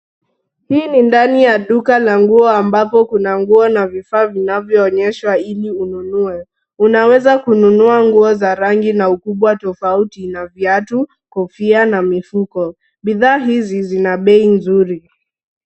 Hii ni ndani ya duka la nguo ambapo kuna nguo na vifaa vinavyoonyeshwa ili ununue. Unaweza kununua nguo za rangi na ukubwa tofauti na viatu, kofia na mifuko. Bidhaa hizi zina bei nzuri.